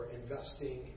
investing